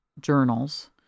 journals